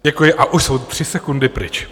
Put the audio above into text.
Děkuji, a už jsou tři sekundy pryč.